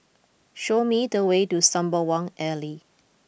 show me the way to Sembawang Alley